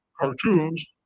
cartoons